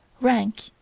Rank